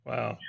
Wow